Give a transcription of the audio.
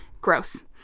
Gross